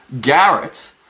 garrett